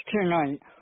tonight